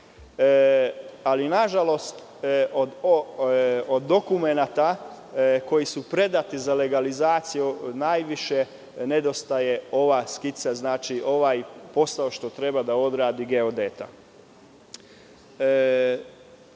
pare. Nažalost, od dokumenata koji su predati za legalizaciju najviše nedostaje ova skica, ovaj posao koji treba da odradi geodet. Mislim